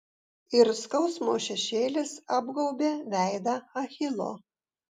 ir skausmo šešėlis apgaubė veidą achilo